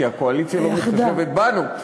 כי הקואליציה לא מתחשבת בנו,